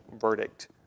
verdict